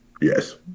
Yes